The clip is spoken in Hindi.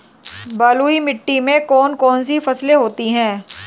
बलुई मिट्टी में कौन कौन सी फसलें होती हैं?